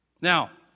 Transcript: Now